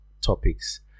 topics